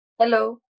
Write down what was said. Hello